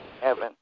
heaven